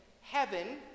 Heaven